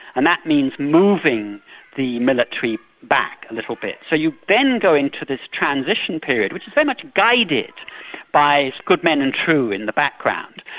and that means moving the military back a little bit. so you then go into this transition period, which is very much guided by its good men and true in the background,